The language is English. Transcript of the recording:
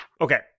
Okay